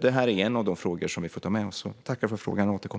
Det här är en av de frågor som vi får ta med oss. Jag tackar för frågan och återkommer.